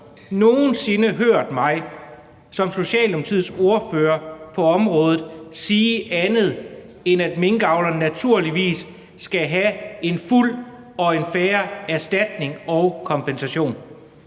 nogen sinde hørt mig som Socialdemokratiets ordfører på området sige andet, end at minkavlerne naturligvis skal have en fuld og fair erstatning og kompensation?